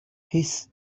هیس